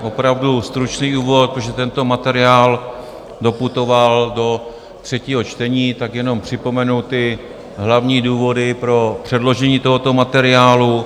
Opravdu stručný úvod, protože tento materiál doputoval do třetího čtení, tak jenom připomenu ty hlavní důvody pro předložení tohoto materiálu.